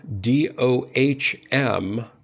D-O-H-M